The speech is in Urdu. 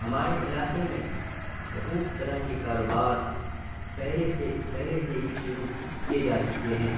ہمارے علاقے میں بہت طرح کے کاروبار پہلے سے پہلے سے ہی شروع کیے جا چکے ہیں